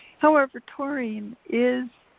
however, taurine is